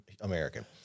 American